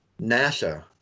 NASA